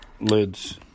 lids